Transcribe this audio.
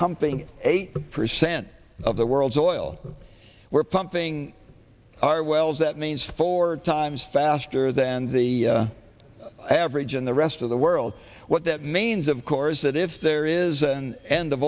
pumping eighty percent of the world's oil we're pumping our wells that means four times faster than the average in the rest of the world what that means of course that if there is an end